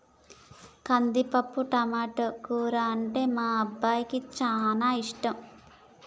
కందిపప్పు టమాటో కూర అంటే మా అబ్బాయికి చానా ఇష్టం